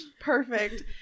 Perfect